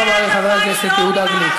תודה רבה לחבר הכנסת יהודה גליק.